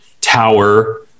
tower